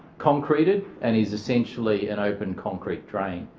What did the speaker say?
concreted and is essentially an open concrete drain.